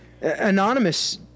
Anonymous